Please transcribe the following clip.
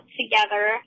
together